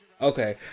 okay